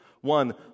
One